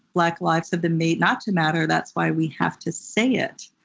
black lives have been made not to matter. that's why we have to say it.